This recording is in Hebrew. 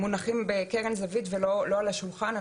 מונחים בקרן זווית ולא על השולחן.